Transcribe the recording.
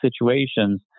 situations